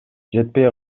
жетпей